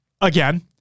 again